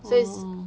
ah